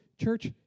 church